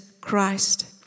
Christ